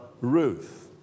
Ruth